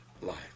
life